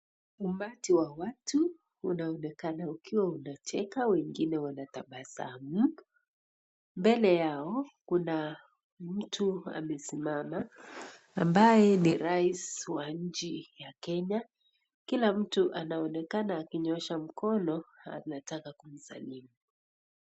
Umati wa watu inaonekana wengine wakicheka wengine wakitabasamu mbele yao kuna mtu amesimama ambaye ni rais wa Kenya Kila mtu anaonekana akinyosha mkono anataka kumsalimu.